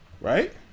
right